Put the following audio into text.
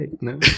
No